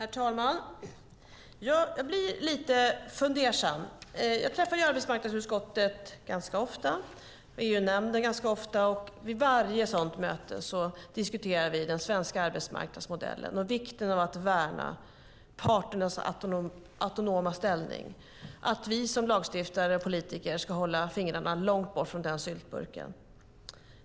Herr talman! Jag blir lite fundersam. Jag träffar arbetsmarknadsutskottet och EU-nämnden ganska ofta, och vid varje sådant möte diskuterar vi den svenska arbetsmarknadsmodellen och vikten av att värna parternas autonoma ställning, att vi som lagstiftare och politiker ska hålla fingrarna långt borta från den syltburken.